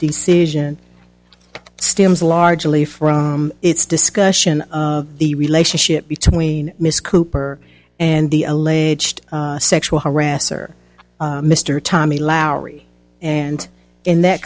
decision stems largely from its discussion of the relationship between miss cooper and the alleged sexual harasser mr tommy lowry and in that